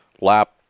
lap